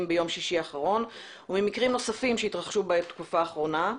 ביום שישי האחרון ובמקרים נוספים שהתרחשו בתקופה האחרונה.